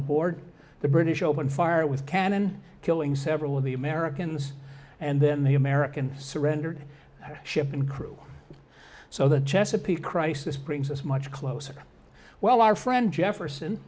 aboard the british open fire with cannon killing several of the americans and then the american surrendered ship and crew so the chesapeake crisis brings us much closer well our friend jefferson